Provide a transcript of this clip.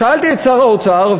שאלתי את שר האוצר,